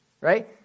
right